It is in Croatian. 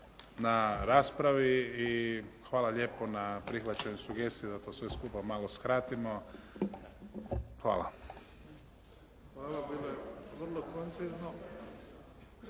na raspravi i hvala lijepo na prihvaćanju sugestije da to sve skupa malo skratimo. Hvala. **Bebić, Luka (HDZ)** Hvala. Bilo je vrlo koncizno.